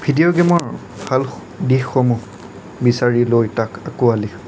video গেমৰ ভাল দিশসমূহ বিচাৰি লৈ তাক আঁকোৱালি